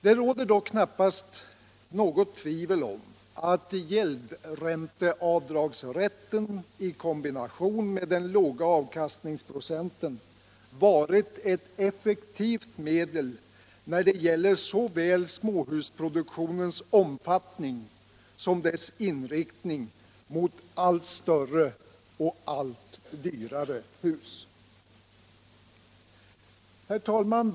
Det råder dock knappast något tvivel om att gäldränteavdragsrätten i kombination med den låga avkastningsprocenten varit ett effektivt medel när det gäller såväl småhusproduktionens omfattning som dess inriktning mot allt större och allt dyrare hus. Herr talman!